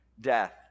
death